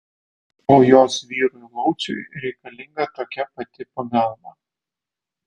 o jos vyrui lauciui reikalinga tokia pati pagalba